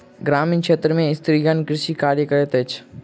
ग्रामीण क्षेत्र में स्त्रीगण कृषि कार्य करैत अछि